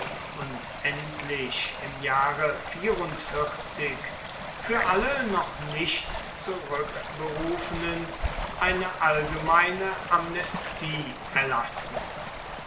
und endlich im jahre für alle noch nicht zurückberufenen eine allgemeine amnestie erlassen